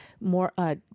more –